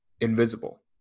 invisible